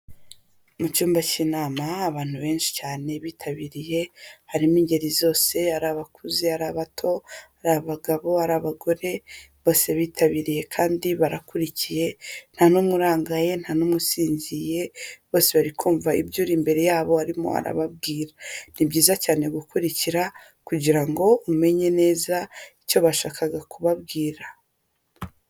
Mu cyumba cy'inama, abantu benshi cyane bitabiriye, harimo ingeri zose ari abakuze, ari abato, ari abagabo ari abagore, bose bitabiriye kandi barakurikiye, nta n'umwe urangaye, nta numwe usinziriye bose bari kumva ibyo uri imbere yabo arimo arababwira, ni byiza cyane gukurikira kugira ngo umenye neza icyo bashakaga kubabwira.